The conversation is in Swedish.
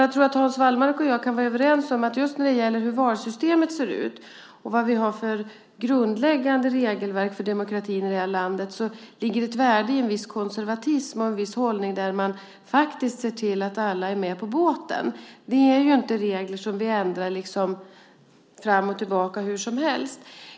Jag tror att Hans Wallmark och jag kan vara överens om att just när det gäller hur valsystemet ser ut och vad vi har för grundläggande regelverk för demokratin i det här landet ligger det ett värde i en viss konservatism och en viss hållning där man faktiskt ser till att alla är med på båten. Det är ju inte regler som vi ändrar fram och tillbaka och hur som helst.